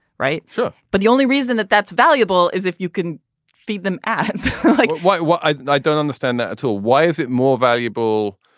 right? sure. but the only reason that that's valuable is if you can feed them and like what what i i don't understand to ah why is it more valuable?